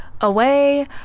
away